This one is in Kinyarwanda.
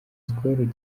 skol